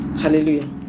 Hallelujah